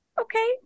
Okay